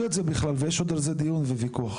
את עצמך ויש על זה עוד דיון וויכוח.